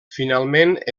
finalment